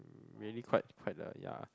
really quite quite uh ya